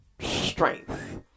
strength